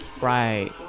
Right